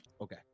Okay